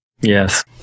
Yes